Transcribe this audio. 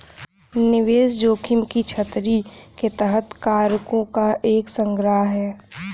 निवेश जोखिम की छतरी के तहत कारकों का एक संग्रह है